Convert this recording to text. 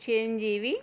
Chiranjeevi